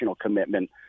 commitment